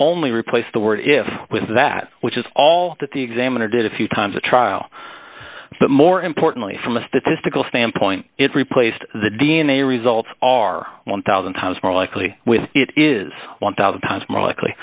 only replace the word if with that which is all that the examiner did a few times a trial but more importantly from a statistical standpoint it replaced the d n a results are one thousand dollars times more likely with it is one thousand dollars times more likely